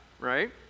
right